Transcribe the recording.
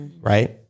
right